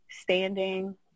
standing